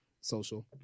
social